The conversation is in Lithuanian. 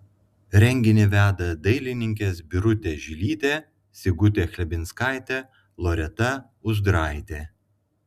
renginį veda dailininkės birutė žilytė sigutė chlebinskaitė loreta uzdraitė